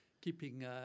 keeping